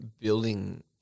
building